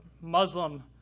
Muslim